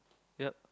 yup